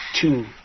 two